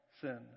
sin